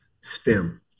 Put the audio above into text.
STEM